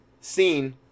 scene